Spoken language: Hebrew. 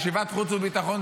ישיבת החוץ והביטחון,